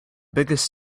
biggest